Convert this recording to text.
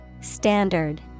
Standard